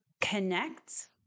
connect